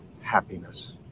happiness